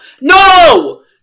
No